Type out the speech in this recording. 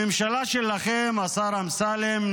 הממשלה שלכם, השר אמסלם,